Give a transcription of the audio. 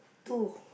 two